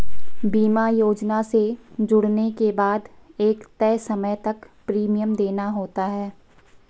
बीमा योजना से जुड़ने के बाद एक तय समय तक प्रीमियम देना होता है